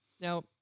Now